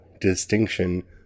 distinction